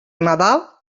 nadal